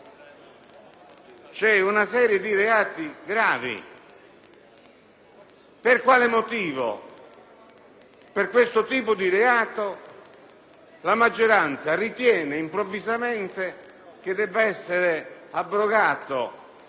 per quale motivo per questo tipo di reato la maggioranza ritiene improvvisamente che debba essere abrogato il comma 2 dell'articolo 312,